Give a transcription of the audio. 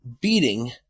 beating